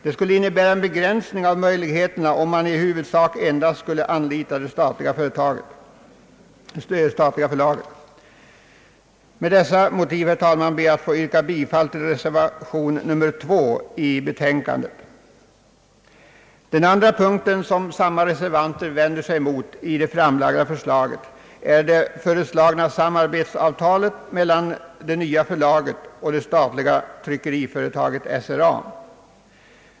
Det skulle innebära en begränsning av möjligheterna om man i huvudsak endast skulle anlita det statliga förlaget. Med dessa motiv, herr talman, ber jag att få yrka bifall till reservation 2. Den andra punkten, som samma reservanter vänder sig emot i det framlagda förslaget, är det föreslagna samarbetsavtalet mellan det nya förlaget och det statliga tryckeriföretaget SRA.